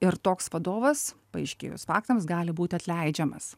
ir toks vadovas paaiškėjus faktams gali būti atleidžiamas